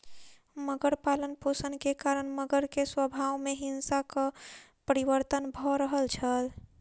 मगर पालनपोषण के कारण मगर के स्वभाव में हिंसक परिवर्तन भ रहल छल